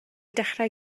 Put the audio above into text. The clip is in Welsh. dechrau